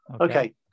Okay